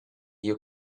you